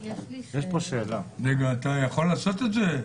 אתה יכול לעשות את זה?